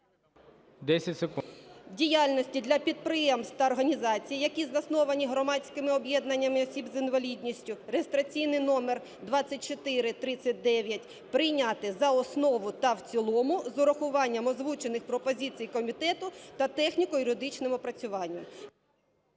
діяльності для підприємств та організацій, які засновані громадськими об'єднаннями осіб з інвалідністю (реєстраційний номер 2439) прийняти за основу та в цілому з урахуванням озвучених пропозицій комітету та техніко-юридичним опрацюванням.